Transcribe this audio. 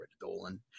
Dolan